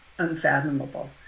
unfathomable